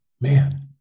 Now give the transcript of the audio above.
Man